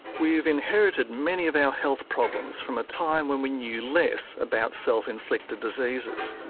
we've inherited many of our health problems from a time when we knew less about self-inflicted diseases.